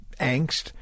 angst